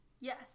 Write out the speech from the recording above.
yes